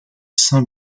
saint